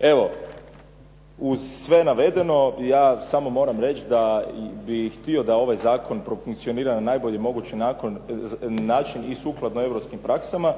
Evo uz sve navedeno ja samo moram reći da bih htio da ovaj zakon profunkcionira na najbolji mogući način i sukladno europskim praksama,